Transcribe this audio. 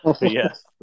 Yes